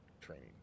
training